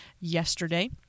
yesterday